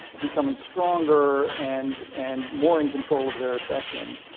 becoming stronger and and more in control of their sections.